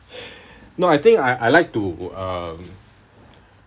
no I think I I like to um